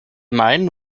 main